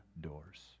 doors